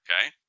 Okay